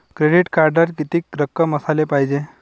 Credit कार्डात कितीक रक्कम असाले पायजे?